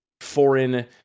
foreign